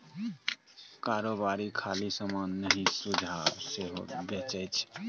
कारोबारी खाली समान नहि सुझाब सेहो बेचै छै